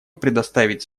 предоставить